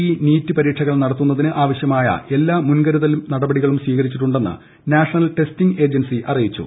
E NEET പരീക്ഷകൾ നടത്തുന്നതിന് ആവശ്യമായ എല്ലാ മുൻകരുതൽ നടപടികളും സ്വീകരിച്ചിട്ടുണ്ടെന്ന് നാഷണൽ ടെസ്റ്റിംഗ് ഏജൻസി അറിയിച്ചു